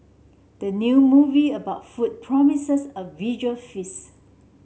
the new movie about food promises a visual feast